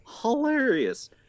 hilarious